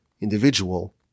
individual